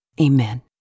Amen